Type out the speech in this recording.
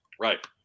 Right